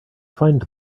find